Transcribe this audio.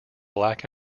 black